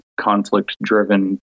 conflict-driven